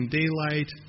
daylight